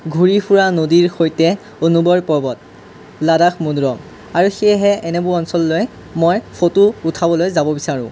ঘূৰি ফুৰা নদীৰ সৈতে অনুবৰ পৰ্বত লাডাখ আৰু সেয়েহে এনেবোৰ অঞ্চললৈ মই ফটো উঠাবলৈ যাব বিচাৰোঁ